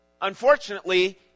unfortunately